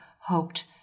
hoped